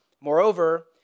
moreover